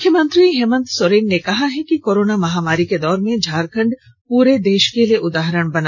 मुख्यमंत्री हेमंत सोरेन ने कहा है कि कोरोना महामारी के दौर में झारखण्ड पूरे देश के लिए उदाहरण बना